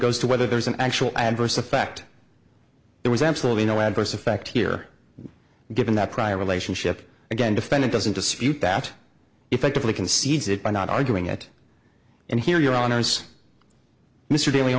goes to whether there's an actual adverse effect there was absolutely no adverse effect here given that prior relationship again defendant doesn't dispute that effectively concedes it by not arguing it and here your honour's mr dal